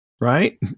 Right